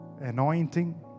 anointing